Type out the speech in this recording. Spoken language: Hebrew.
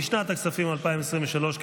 לשנת הכספים 2023,